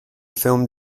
film